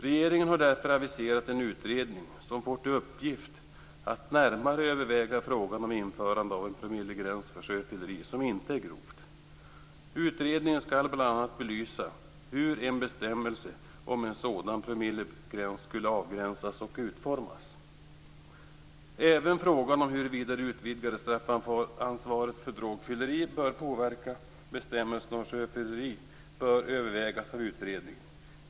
Regeringen har därför aviserat en utredning som får till uppgift att närmare överväga frågan om införande av en promillegräns för sjöfylleri som inte är grovt. Utredningen skall bl.a. belysa hur en bestämmelse om en sådan promillegräns skulle avgränsas och utformas. Även frågan om huruvida det utvidgade straffansvaret för drogfylleri bör påverka bestämmelserna om sjöfylleri bör övervägas av utredningen.